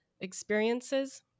experiences